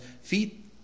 Feet